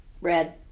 Red